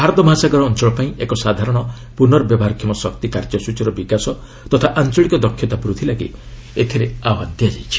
ଭାରତ ମହାସାଗର ଅଞ୍ଚଳ ପାଇଁ ଏକ ସାଧାରଣ ପୁନର୍ବ୍ୟବହାରକ୍ଷମ ଶକ୍ତି କାର୍ଯ୍ୟସ୍ତଚୀର ବିକାଶ ତଥା ଆଞ୍ଚଳିକ ଦକ୍ଷତା ବୃଦ୍ଧି ଲାଗି ଏଥିରେ ଆହ୍ବାନ ଦିଆଯାଇଛି